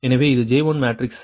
எனவே இது J1 matrix